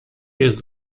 jest